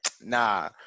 nah